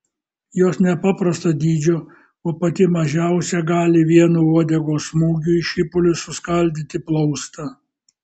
jos nepaprasto dydžio o pati mažiausia gali vienu uodegos smūgiu į šipulius suskaldyti plaustą